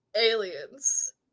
aliens